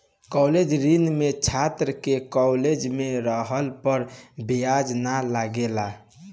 college ऋण में छात्र के कॉलेज में रहला पर ब्याज ना लागेला